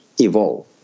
evolve